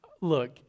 look